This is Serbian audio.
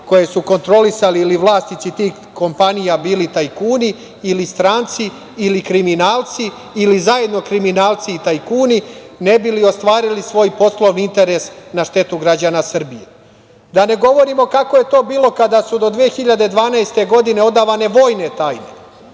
koje su kontrolisali ili vlasnici tih kompanija bili tajkuni ili stranci ili kriminalci ili zajedno kriminalci i tajkuni, ne bili ostvarili svoj poslovni interes na štetu građana Srbije. Da ne govorimo kako je to bilo kada su do 2012. godine odavane vojne tajne,